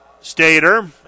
Stater